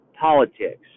Politics